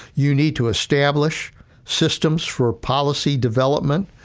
you need to establish systems for policy development,